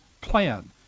plan